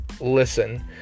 listen